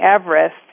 Everest